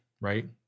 right